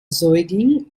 säugling